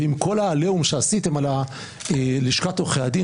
ועם כל העליהום שעשיתם על לשכת עורכי הדין,